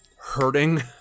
hurting